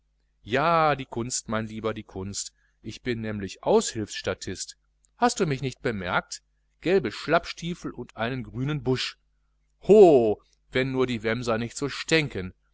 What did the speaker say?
ja die kunst mein lieber die kunst ich bin nämlich aushilfsstatist hast du mich nicht bemerkt gelbe schlappstiefel und einen grünen busch ho wenn nur die wämmser nicht so stänken